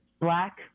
black